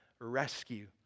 rescue